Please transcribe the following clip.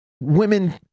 women